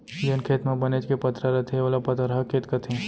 जेन खेत म बनेच के पथरा रथे ओला पथरहा खेत कथें